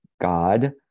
God